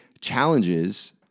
challenges